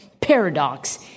paradox